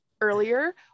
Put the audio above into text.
earlier